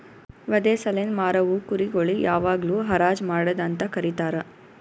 ವಧೆ ಸಲೆಂದ್ ಮಾರವು ಕುರಿ ಗೊಳಿಗ್ ಯಾವಾಗ್ಲೂ ಹರಾಜ್ ಮಾಡದ್ ಅಂತ ಕರೀತಾರ